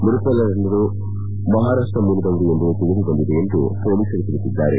ಮೃತರೆಲ್ಲರೂ ಮಹಾರಾಷ್ಟ ಮೂಲದವರು ಎಂಬುದು ತಿಳಿದುಬಂದಿದೆ ಎಂದು ಮೊಲೀಸರು ತಿಳಿಸಿದ್ದಾರೆ